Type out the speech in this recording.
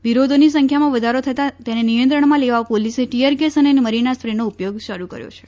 વિરોધોની સંખ્યામાં વધારો થતા તેને નિયત્રણમાં લેવા પોલીસે ટીયરગેસ અને મરીના સ્પ્રેનો ઉપયોગ શરૂ કર્યો છે